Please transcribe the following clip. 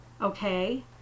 Okay